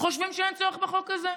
חושבים שאין צורך בחוק הזה,